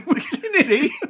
see